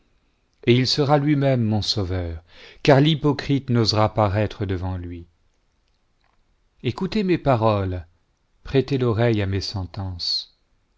et il sera lui-même mon sauveur car l'hypocrite n'osera paraître devant lui écoutez mes paroles prêtez l'oreille à mes sentences